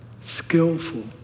skillful